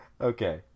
Okay